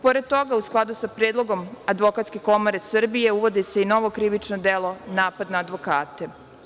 Pored toga, u skladu sa predlogom Advokatske komore Srbije, uvodi se i novo krivično delo – napad na advokate.